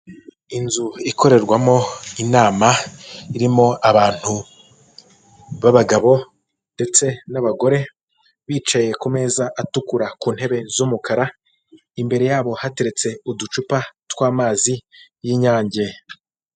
Inzu ikorerwamo inama irimo abantu b'abagabo ndetse n'abagore; bicaye ku meza atukura ku ntebe z'umukara imbere yabo hateretse uducupa tw'amazi y'inyange.